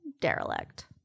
derelict